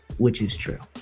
which is true.